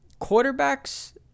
quarterbacks